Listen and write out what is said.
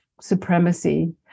supremacy